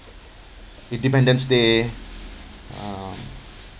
independence day uh